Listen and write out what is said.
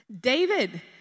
David